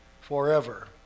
forever